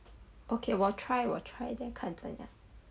okay 我 try 我 try then 看这样